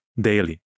daily